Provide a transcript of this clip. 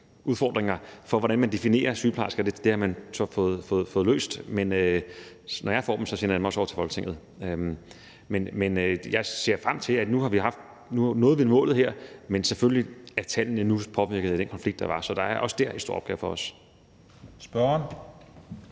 definitionsudfordringer med, hvordan man definerer sygeplejerske, og det har man så fået løst. Men når jeg får dem, sender jeg dem også over til Folketinget. Nu nåede vi målet her, men tallene er selvfølgelig nu påvirket af den konflikt, der var, så der er også dér en stor opgave foran os. Kl.